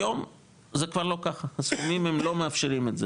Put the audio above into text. היום זה כבר לא ככה, הסכומים הם לא מאפשרים את זה